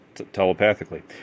telepathically